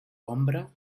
ombra